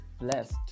blessed